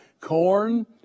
corn